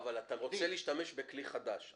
אבל אתה רוצה להשתמש בכלי חדש.